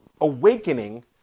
awakening